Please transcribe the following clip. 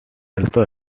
also